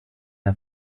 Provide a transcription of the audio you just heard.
der